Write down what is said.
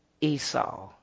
Esau